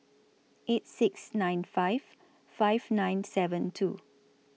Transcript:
eight six nine five five nine seven two